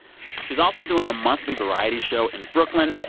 she's also doing a monthly variety show in brooklyn.